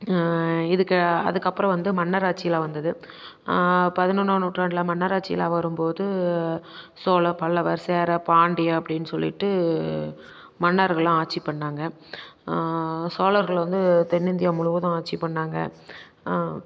இதுக்கு அதுக்கப்புறம் மன்னர் ஆட்சிலாம் வந்தது பதினொன்றாம் நூற்றாண்டில் மன்னர் ஆட்சிலாம் வரும்போது சோழ பல்லவர் சேர பாண்டிய அப்படின்னு சொல்லிவிட்டு மன்னர்கள்லாம் ஆட்சி பண்ணாங்க சோழர்கள் வந்து தென்னிந்தியா முழுவதும் ஆட்சி பண்ணாங்க